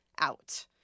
out